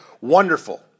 wonderful